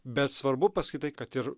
bet svarbu pasakyt tai kad ir